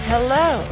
Hello